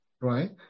right